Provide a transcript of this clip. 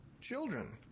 children